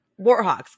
Warhawks